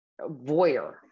voyeur